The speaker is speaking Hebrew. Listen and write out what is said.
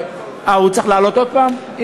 הוא צריך לעלות עוד הפעם?